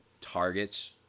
targets